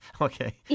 Okay